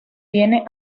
tiene